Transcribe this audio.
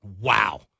Wow